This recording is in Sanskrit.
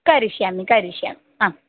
करिष्यामि करिष्यामि आ